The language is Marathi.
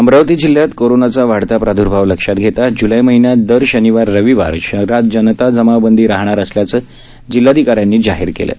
अमरावती जिल्ह्यात कोरोनाचा वाढत प्रादर्भाव लक्षात घेता जुलै महिन्यात दर शनिवार रविवार शहरात जनता जमावबंदी राहणार असल्याचं जिल्हाधिकाऱ्यांनी जाहीर केलं आहे